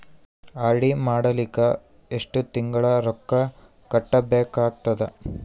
RD ಮಾಡಲಿಕ್ಕ ಎಷ್ಟು ತಿಂಗಳ ರೊಕ್ಕ ಕಟ್ಟಬೇಕಾಗತದ?